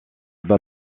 bas